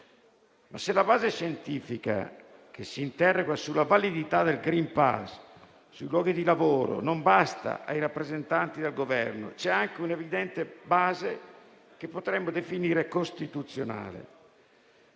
Se però la base scientifica che si interroga sulla validità del *green pass* sui luoghi di lavoro non basta ai rappresentanti del Governo, c'è anche un'evidente base che potremmo definire costituzionale.